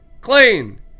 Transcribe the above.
clean